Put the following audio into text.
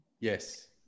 Yes